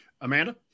Amanda